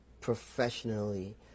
professionally